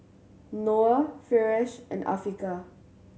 Noah Firash and Afiqah